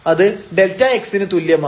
അത് Δx ന് തുല്യമാണ്